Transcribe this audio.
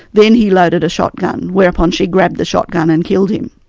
then he loaded a shotgun, whereupon she grabbed the shotgun and killed him.